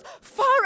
far